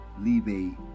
leave